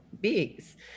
beings